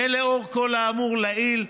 ולאור כל האמור לעיל,